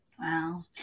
Wow